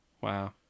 wow